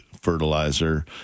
fertilizer